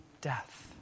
death